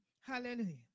Hallelujah